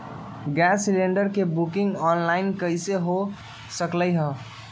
Gas cylinder के booking online कईसे हो सकलई ह?